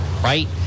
Right